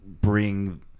bring